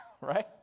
right